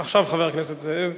עכשיו חבר הכנסת זאב,